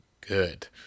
good